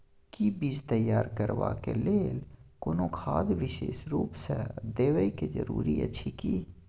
कि बीज तैयार करबाक लेल कोनो खाद विशेष रूप स देबै के जरूरी अछि की?